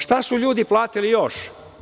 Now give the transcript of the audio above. Šta su ljudi platili još?